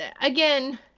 again